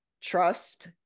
trust